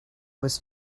was